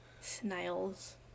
Snails